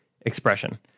expression